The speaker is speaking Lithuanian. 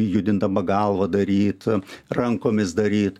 judindama galvą daryti rankomis daryt